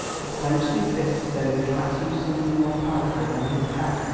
he clenched his fist as though he would like to use something more powerful than his pen.